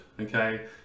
Okay